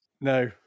No